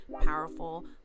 powerful